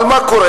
אבל מה קורה?